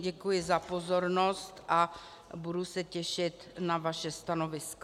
Děkuji za pozornost a budu se těšit na vaše stanoviska.